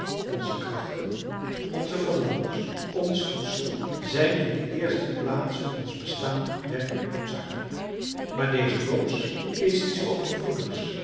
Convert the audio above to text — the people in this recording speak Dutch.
onze krachten onze verlangens ons voedsel zijn in de eerste plaats voor ons bestaan werkelijk noodzakelijk maar deze roos is iets overvloedigs